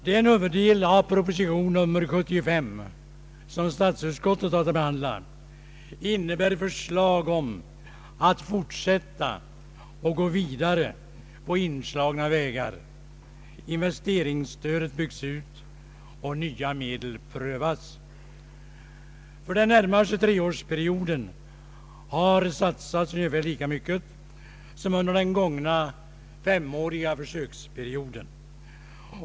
Den huvuddel av propositionen nr 735 som statsutskottet haft att behandla innebär förslag om att fortsätta och gå vidare på inslagna vägar — investeringsstödet byggs ut och nya medel prövas. För den närmaste treårsperioden har satsats ungefär lika mycket som under den gångna femåriga försöksperioden.